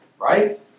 right